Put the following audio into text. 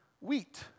wheat